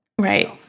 Right